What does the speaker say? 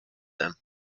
them